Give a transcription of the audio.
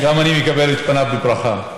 גם אני מקבל את פניו בברכה.